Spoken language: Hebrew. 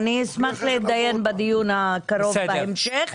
אני אשמח להתדיין בדיון הקרוב בהמשך,